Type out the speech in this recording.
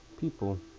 people